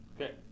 Okay